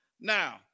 Now